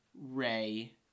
Ray